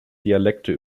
dialekte